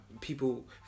People